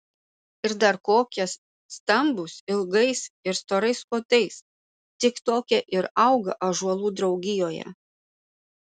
ir dar kokie stambūs ilgais ir storais kotais tik tokie ir auga ąžuolų draugijoje